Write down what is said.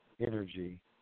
energy